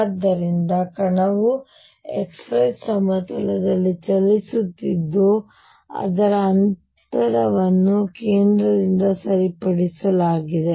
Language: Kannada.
ಆದ್ದರಿಂದ ಕಣವು xy ಸಮತಲದಲ್ಲಿ ಚಲಿಸುತ್ತಿದ್ದು ಅದರ ಅಂತರವನ್ನು ಕೇಂದ್ರದಿಂದ ಸರಿಪಡಿಸಲಾಗಿದೆ